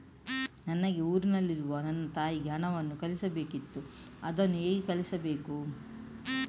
ನನಗೆ ಊರಲ್ಲಿರುವ ನನ್ನ ತಾಯಿಗೆ ಹಣವನ್ನು ಕಳಿಸ್ಬೇಕಿತ್ತು, ಅದನ್ನು ಹೇಗೆ ಕಳಿಸ್ಬೇಕು?